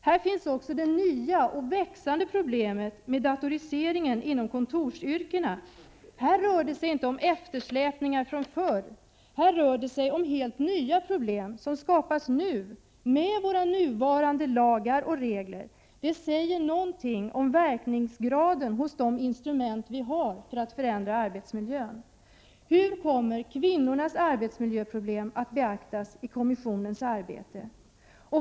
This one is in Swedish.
Här finns också det nya och växande problemet med datoriseringen inom kontorsyrkena. Här rör det sig inte om eftersläpningar från förr — här rör det sig om helt nya problem, som skapas nu, med våra nuvarande lagar och regler. Det säger någonting om verkningsgraden hos de instrument vi har för att förbättra arbetsmiljöerna. Hur kommer kvinnornas arbetsmiljöproblem att beaktas i kommissionens arbete?